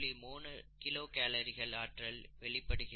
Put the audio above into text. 3 kilo calorie ஆற்றல் வெளிப்படுகிறது